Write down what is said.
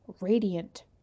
Radiant